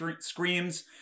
screams